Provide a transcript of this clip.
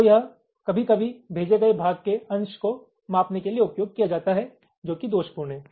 तो यह कभी कभी भेजे गये भाग के अंश को मापने के लिए उपयोग किया जाता है जो कि दोषपूर्ण हैं